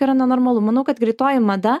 yra nenormalu manau kad greitoji mada